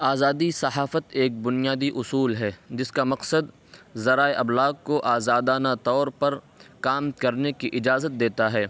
آزادی صحافت ایک بنیادی اصول ہے جس کا مقصد ذرائع ابلاغ کو آزادانہ طور پر کام کرنے کی اجازت دیتا ہے